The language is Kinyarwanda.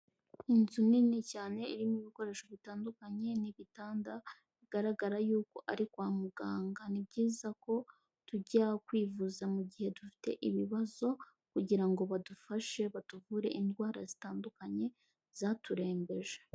Inzu nini cyane irimo ibikoresho bitandukanye n'ibitanda bigaragara y'uko ari kwa muganga, ni byiza ko tujya kwivuza mu gihe dufite ibibazo kugira ngo badufashe batuvure indwara zitandukanye zaturembeje.